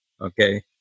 okay